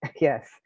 yes